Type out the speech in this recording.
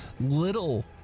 little